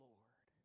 Lord